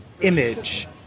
image